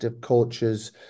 coaches